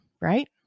right